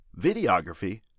videography